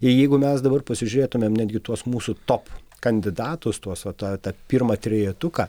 ir jeigu mes dabar pasižiūrėtumėm netgi tuos mūsų top kandidatus tuos vat tą tą pirmą trejetuką